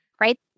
right